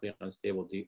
unstable